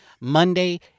Monday